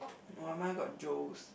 oh mine got Joe's